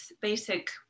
basic